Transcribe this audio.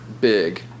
big